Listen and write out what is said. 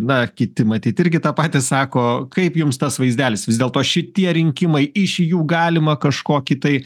na kiti matyt irgi tą patį sako kaip jums tas vaizdelis vis dėlto šitie rinkimai iš jų galima kažkokį tai